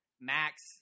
Max